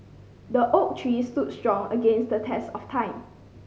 the oak tree stood strong against the test of time